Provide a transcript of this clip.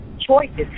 choices